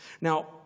Now